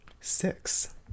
Six